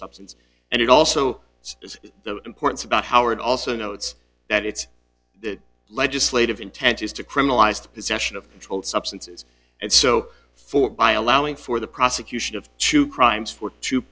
substance and it also says the importance about howard also notes that it's the legislative intent is to criminalized possession of cold substances and so forth by allowing for the prosecution of two crimes for two